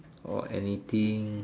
or anything